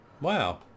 Wow